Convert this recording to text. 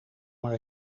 maar